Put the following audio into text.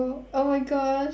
oh my gosh